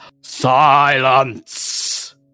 Silence